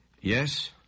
Yes